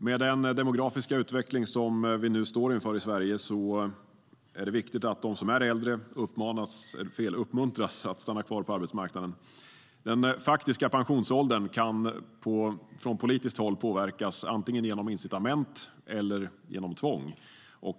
Med den demografiska utveckling vi nu står inför i Sverige är det viktigt att de som är äldre uppmuntras att stanna kvar på arbetsmarknaden. Den faktiska pensionsåldern kan påverkas från politiskt håll antingen genom incitament eller genom tvång.